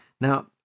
Now